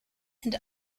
and